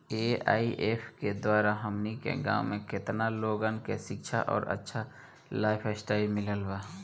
AIF के द्वारा हमनी के गांव में केतना लोगन के शिक्षा और अच्छा लाइफस्टाइल मिलल बा